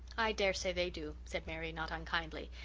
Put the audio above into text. i daresay they do, said mary, not unkindly.